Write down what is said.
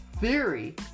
theory